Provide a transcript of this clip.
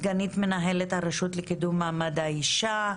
סגנית מנהלת הרשות לקידום מעמד האישה.